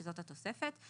שזו התוספת,